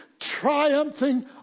triumphing